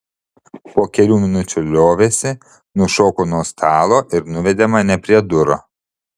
po kelių minučių liovėsi nušoko nuo stalo ir nuvedė mane prie durų